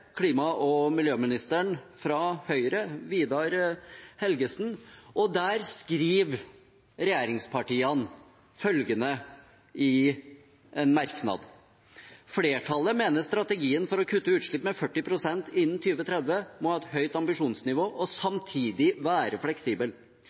klima- og miljøministeren, fra Høyre, Vidar Helgesen. Der skriver regjeringspartiene følgende i en merknad: «Flertallet mener strategien for å kutte utslipp med 40 pst. innen 2030 må ha et høyt ambisjonsnivå og